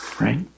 Right